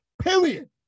period